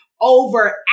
over